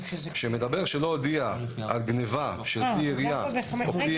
שמדבר על מי שלא הודיע על גניבה של כלי ירייה או דמוי כלי